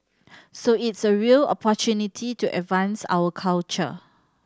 so it's a real opportunity to advance our culture